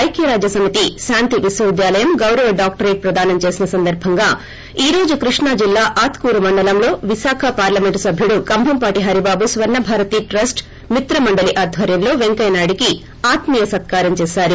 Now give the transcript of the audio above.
ఐక్యరాజ్యసమితి శాంతి విశ్వవిద్యాలయం గౌరవ డాక్టరేట్ ప్రధానం చేసిన సందర్భంగా ఈ రోజు కృష్ణాజిల్లా ఆత్కూర్ మండలంలో విశాఖ పార్లమెంట్ సభ్యుడు కంభంపాటి హరిబాబు స్వర్ణభారతి ట్రస్ట్ మిత్రమండలీ ఆధ్వర్యంలో పెంకయ్యనాయుడికి ఆత్మీయ సత్కారం చేశారు